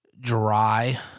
dry